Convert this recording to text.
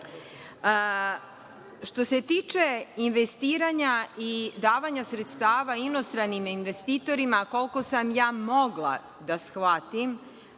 se tiče investiranja i davanja sredstava inostranim investitorima, koliko sam ja mogla da shvatim,